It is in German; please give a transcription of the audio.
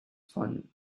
von